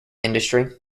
industry